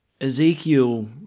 Ezekiel